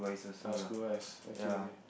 err school wise okay okay